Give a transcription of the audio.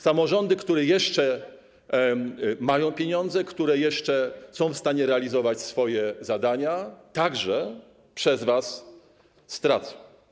Samorządy, które jeszcze mają pieniądze, które jeszcze są w stanie realizować swoje zadania, także przez was stracą.